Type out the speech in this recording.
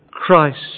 Christ